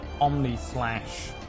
omni-slash